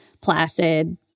placid